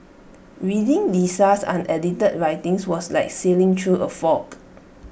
reading Lisa's unedited writings was like sailing through A fog